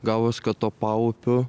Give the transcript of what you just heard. gavos kad tuo paupiu